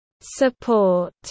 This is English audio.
support